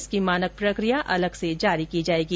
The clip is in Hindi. इसकी मानक प्रक्रिया अलग से जारी की जाएगी